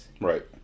Right